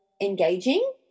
engaging